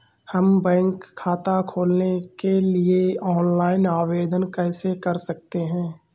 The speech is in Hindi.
हम बैंक खाता खोलने के लिए ऑनलाइन आवेदन कैसे कर सकते हैं?